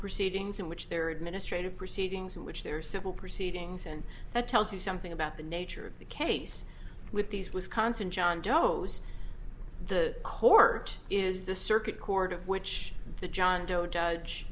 proceedings in which there administrative proceedings in which there are civil proceedings and that tells you something about the nature of the case with these wisconsin john doe's the court is the circuit court of which the john doe judge